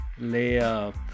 layup